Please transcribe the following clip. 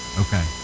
Okay